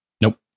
nope